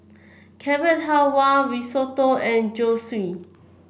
Carrot Halwa Risotto and Zosui